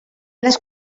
les